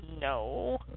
no